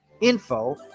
info